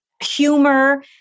humor